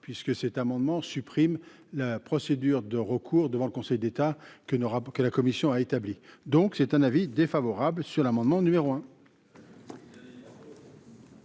puisque cet amendement supprime la procédure de recours devant le Conseil d'État que n'aura que la commission a établi donc c'est un avis défavorable sur l'amendement numéro un.